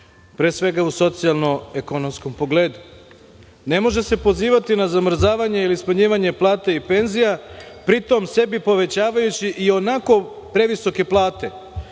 pre svega u socijalno-ekonomskom pogledu. Ne može se pozivati na zamrzavanje ili smanjivanje plata i penzija, pri tom sebi povećavajući i onako previsoke plate